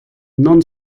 non